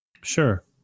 Sure